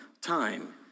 time